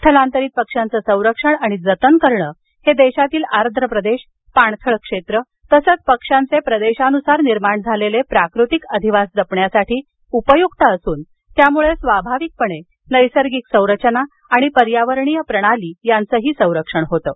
स्थलांतरित पक्ष्यांचं संरक्षण आणि जतन करणं हे देशातील आर्द्र प्रदेश पाणथळ क्षेत्र तसच पक्ष्यांचे प्रदेशानुसार निर्माण झालेले प्राकृतिक अधिवास जपण्यासाठी उपयुक्त असून त्यामुळे स्वाभाविकपणे नैसर्गिक संरचना आणि पर्यावरणीय प्रणाली यांचही संरक्षण होतं